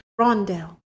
Rondell